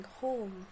home